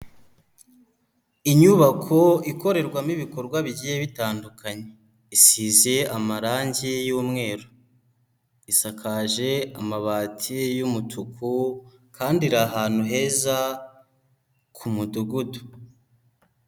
Inyubako ikorerwamo ibikorwa bigiye bitandukanye, isize amarangi y'umweru isakaje amabati y'umutuku kandi iri ahantu heza k'umudugudu.